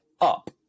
up